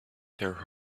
their